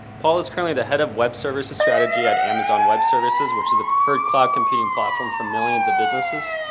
paul is currently the head of web services strategy at amazon web services which is the preferred cloud computing platform for millions of businesses.